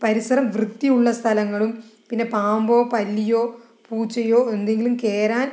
പരിസരം വൃത്തിയുള്ള സ്ഥലങ്ങളും പിന്നെ പാമ്പോ പല്ലിയോ പൂച്ചയോ എന്തെങ്കിലും കേറാൻ